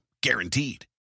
Guaranteed